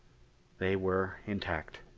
they were intact.